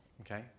Okay